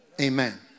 Amen